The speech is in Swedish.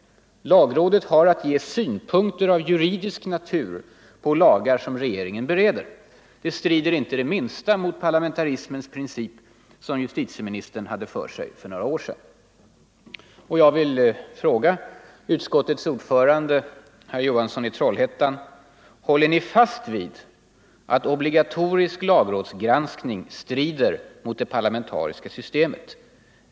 Lagrådet har att ge synpunkter av juridisk natur på lagar som regeringen bereder. Det strider inte det minsta mot parlamentarismens princip, som justitieministern hade för sig för några år sedan. Och jag vill fråga utskottets ordförande, herr Johansson i Trollhättan: Håller ni fast vid att obligatorisk lagrådsgranskning strider mot det parlamentariska systemet?